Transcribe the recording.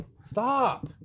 Stop